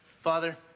father